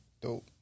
dope